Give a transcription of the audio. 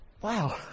Wow